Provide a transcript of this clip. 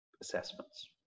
assessments